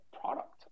product